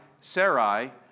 Sarai